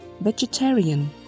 vegetarian